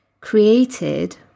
created